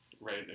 right